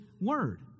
word